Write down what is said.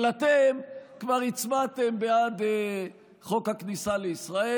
אבל אתם כבר הצבעתם בעד חוק הכניסה לישראל,